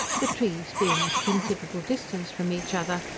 the trees being at a considerable distance from each other,